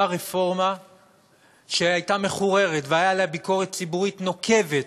אותה רפורמה שהייתה מחוררת והייתה עליה ביקורת ציבורית נוקבת,